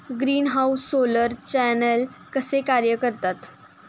Greenhouse solar channel कसे कार्य करतात?